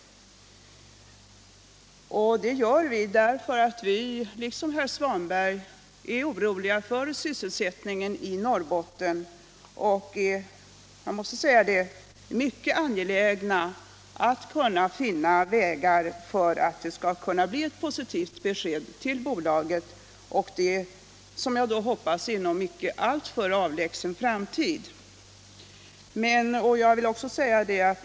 Och det gör vi därför att vi, liksom herr Svanberg, är oroliga för sysselsättningen i Norrbotten och verkligen är mycket angelägna att kunna finna vägar för att ge ett positivt besked till bolaget — och det, som jag hoppas, inom icke alltför avlägsen framtid.